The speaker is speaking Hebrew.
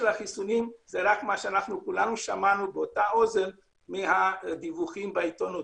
החיסונים זה רק מה שכולנו שמענו באותה אוזן מן הדיווחים בעיתונות,